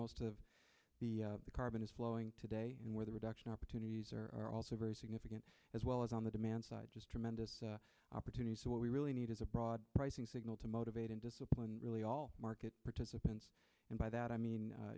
of the carbon is flowing today and where the reduction opportunities are are also very significant as well as on the demand side just tremendous opportunity so what we really need is a broad pricing signal to motivate and discipline really all market participants and by that i mean